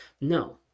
No